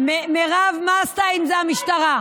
מה עשתה עם זה המשטרה?